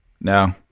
No